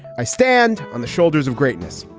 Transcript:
i stand on the shoulders of greatness.